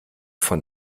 von